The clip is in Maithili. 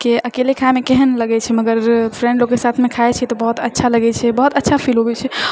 की अकेले खायमे केहन लगै छै मगर फ्रेंड लोगके साथमे खाइ छियै तऽ बहुत अच्छा लगै छै बहुत अच्छा फील होवै छै